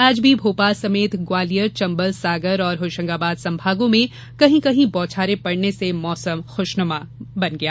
आज भी भोपाल समेत ग्वालियर चंबल सागर और होशंगाबाद संभागों में कहीं कहीं बौछारें पड़ने से मौसम खुशनुमा बना रहा